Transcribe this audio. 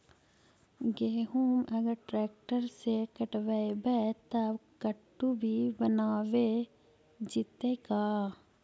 गेहूं अगर ट्रैक्टर से कटबइबै तब कटु भी बनाबे जितै का?